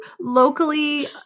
locally